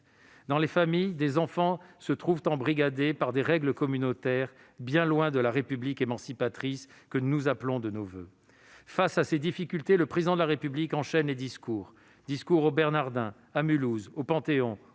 Dans les familles, des enfants se trouvent embrigadés par des règles communautaires, bien loin de la République émancipatrice que nous appelons de nos voeux. Face à ces difficultés, le Président de la République enchaîne les discours : discours aux Bernardins, à Mulhouse, au Panthéon,